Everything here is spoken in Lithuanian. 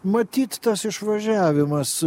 matyt tas išvažiavimas